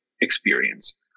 experience